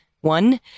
One